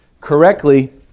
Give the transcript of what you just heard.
correctly